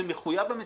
זה מחויב המציאות.